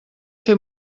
fer